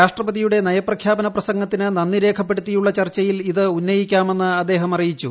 രാഷ്ട്രപതിയുടെ നയപ്രഖ്യാപന പ്രസംഗത്തിന് നന്ദി രേഖപ്പെടുത്തിയുള്ള ചർച്ചയിൽ ഇത് ഉന്നയിക്കാമെന്ന് അദ്ദേഹം അറിയിച്ചു